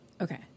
Okay